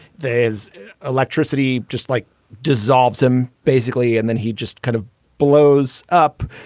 there's electricity just like dissolves him, basically. and then he just kind of blows up.